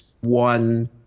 one